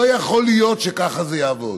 לא יכול להיות שכך זה יעבוד.